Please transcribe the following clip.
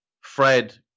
Fred